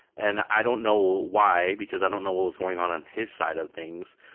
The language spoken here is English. and i don't know why, because i don't know what was going on on his side of things,